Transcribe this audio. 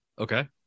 Okay